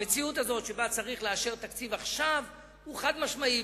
המציאות הזאת שבה צריך לאשר תקציב עכשיו זה דבר חד-משמעי,